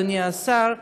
אדוני השר,